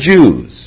Jews